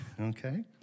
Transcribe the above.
okay